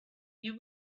you